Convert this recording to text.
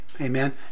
amen